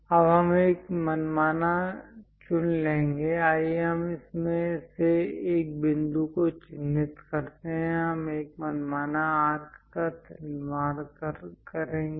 अब हम एक मनमाना चुन लेंगे आइए हम इसमें से एक बिंदु को चिह्नित करते हैं हम एक मनमाना आर्क का निर्माण करेंगे